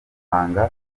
hanga